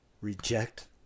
reject